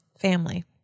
family